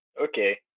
Okay